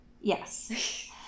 Yes